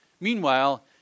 Meanwhile